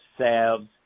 salves